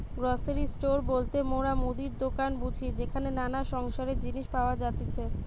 grocery store বলতে মোরা মুদির দোকান বুঝি যেখানে নানা সংসারের জিনিস পাওয়া যাতিছে